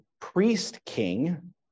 priest-king